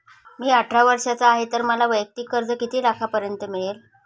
मी अठरा वर्षांचा आहे तर मला वैयक्तिक कर्ज किती लाखांपर्यंत मिळेल?